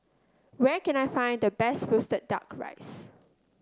where can I find the best roasted duck rice